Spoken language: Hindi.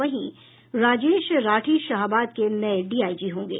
वहीं राजेश राठी शाहाबाद के नये डीआईजी होंगे